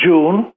June